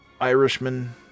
Irishman